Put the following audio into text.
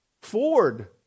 Ford